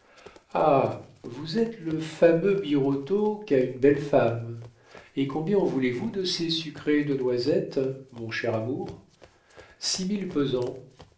ah vous êtes le fameux birotteau qu'a une belle femme et combien en voulez-vous de ces sucrées de noisettes mon cher amour six mille pesant